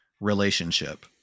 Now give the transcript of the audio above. relationship